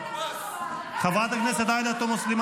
חבר הכנסת עבאס, סיימת.